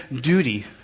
duty